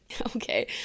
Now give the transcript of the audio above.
okay